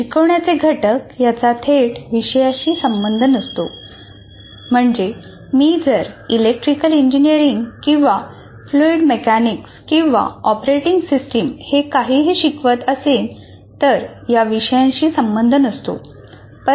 शिकवण्याचे घटक यांचा थेट विषयांशी संबंध नसतो म्हणजे मी जर इलेक्ट्रिकल इंजिनीअरिंग किंवा फ्लूइड मेकॅनिक्स किंवा ऑपरेटिंग सिस्टीम्स हे काहीही शिकवत असेन तर या विषयांशी संबंध नसतो